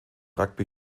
rugby